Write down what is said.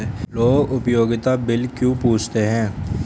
लोग उपयोगिता बिल क्यों पूछते हैं?